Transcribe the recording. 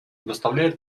доставляет